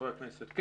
אני